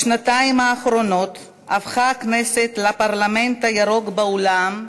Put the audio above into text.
בשנתיים האחרונות הפכה הכנסת לפרלמנט הירוק בעולם,